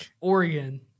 Oregon